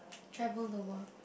travel the world